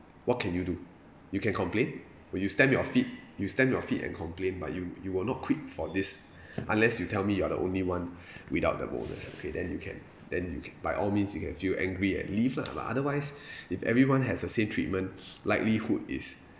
what can you do you can complain will you stamp your feet you stamp your feet and complain but you you will not quit for this unless you tell me you are the only one without the bonus okay then you can then you ca~ by all means you can feel angry and leave lah but otherwise if everyone has the same treatment likelihood is